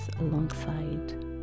alongside